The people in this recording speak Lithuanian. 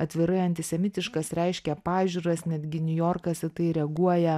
atvirai antisemitiškas reiškia pažiūras netgi niujorkas į tai reaguoja